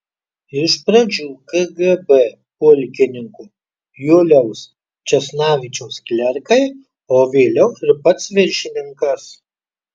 iš pradžių kgb pulkininko juliaus česnavičiaus klerkai o vėliau ir pats viršininkas